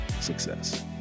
success